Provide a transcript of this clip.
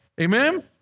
Amen